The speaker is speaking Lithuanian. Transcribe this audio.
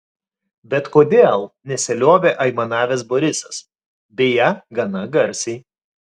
bet kodėl nesiliovė aimanavęs borisas beje gana garsiai